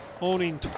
owning